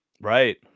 Right